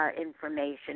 information